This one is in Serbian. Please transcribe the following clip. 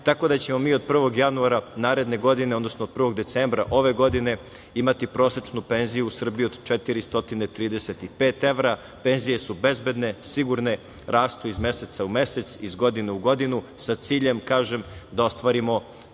tako da ćemo mi od 1. januara naredne godine, od 1. decembra ove godine imati prosečnu penziju u Srbiji od 435 evra, penzije su bezbedne, sigurne, rastu iz meseca u mesec iz godine u godinu sa ciljem, kažem da ostvarimo